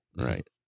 Right